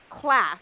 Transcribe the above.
class